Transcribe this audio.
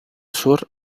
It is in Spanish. sur